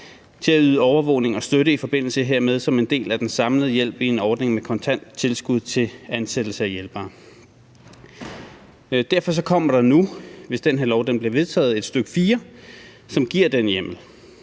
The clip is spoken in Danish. til at yde overvågning og støtte i forbindelse hermed som en del af den samlede hjælp i en ordning med kontant tilskud til ansættelse af hjælpere. Derfor kommer der nu, hvis det her lovforslag bliver vedtaget, et stk. 4, som giver den hjemmel